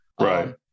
right